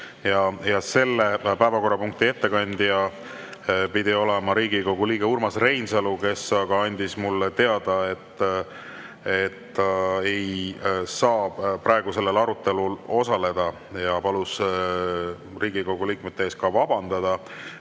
Selle päevakorrapunkti ettekandja pidi olema Riigikogu liige Urmas Reinsalu, aga ta andis mulle teada, et ei saa sellel arutelul osaleda, ja palus Riigikogu liikmete ees vabandada.